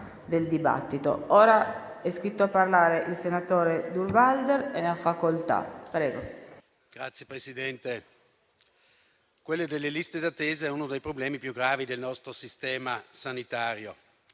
Signor Presidente, quello delle liste d'attesa è uno dei problemi più gravi del nostro sistema sanitario.